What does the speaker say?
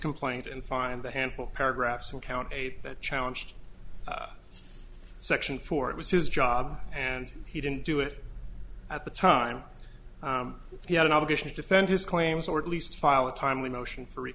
complaint and find the handful paragraphs in count eight that challenged section four it was his job and he didn't do it at the time he had an obligation to defend his claims or at least file a timely motion f